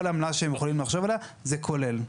כל עמלה שהם יכולים לחשוב עליה - זה כולל.